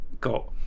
got